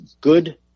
good